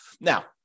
Now